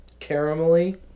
caramelly